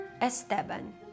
Esteban